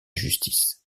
justice